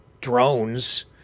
drones